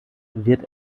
wird